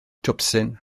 twpsyn